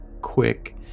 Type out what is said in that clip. quick